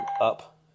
up